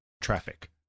traffic